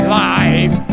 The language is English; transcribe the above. life